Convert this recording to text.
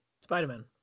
spider-man